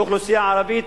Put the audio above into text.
כאוכלוסייה ערבית,